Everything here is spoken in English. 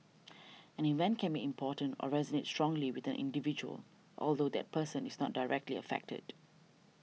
an event can be important or resonate strongly with an individual although that person is not directly affected